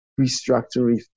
restructuring